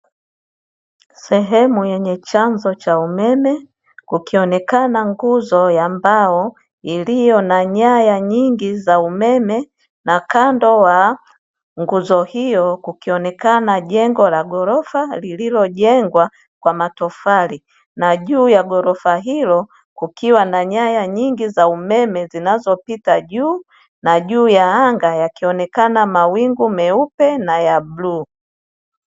Sehemu yenye chanzo cha umeme kukionekana nguzo ya mbao iliyo na nyaya nyingi za umeme, na kando ya nguzo hiyo kukionekana jengo la ghorofa lililojengwa kwa matofali, na juu ya ghorofa hilo kukiwa na nyaya nyingi za umeme zinazopita juu na juu ya anga yakionekana mawingu meupe na ya bluu.